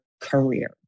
career